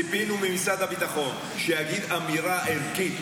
ציפינו ממשרד הביטחון שיגיד אמירה ערכית,